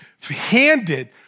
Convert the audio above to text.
handed